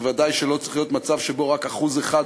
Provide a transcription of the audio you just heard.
ודאי שלא צריך להיות מצב שבו רק 1%,